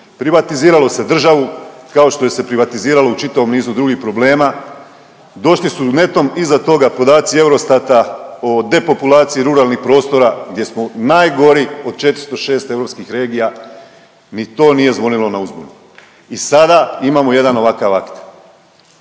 privatiziralo se državu, kao što je se privatiziralo u čitavom nizu drugih problema. Došli su netom iza toga podaci Eurostata o depopulaciji ruralnih prostora gdje smo najgori od 406 europskih regija, ni to nije zvonilo na uzbunu i sada imamo jedan ovakav akt.